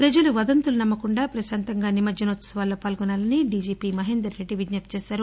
పజలు వదంతులు నమ్మకుండా పశాంతంగా నిమజ్జనోత్సవాల్లో పాల్గొనాలని డిజిపి మహేందర్రెడ్డి విజ్ఞప్తి చేశారు